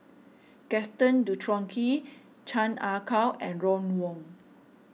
Gaston Dutronquoy Chan Ah Kow and Ron Wong